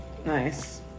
nice